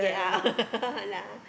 figure out